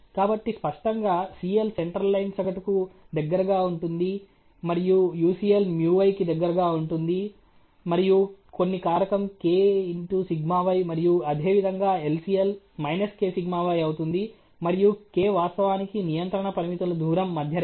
కాబట్టి స్పష్టంగా CL centre line సగటుకు దగ్గరగా ఉంటుంది మరియు UCL µy కి దగ్గరగా ఉంటుంది మరియు కొన్ని కారకం k σy మరియు అదేవిధంగా LCL మైనస్ kσy అవుతుంది మరియు k వాస్తవానికి నియంత్రణ పరిమితుల దూరం మధ్య రేఖ